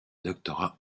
doctorat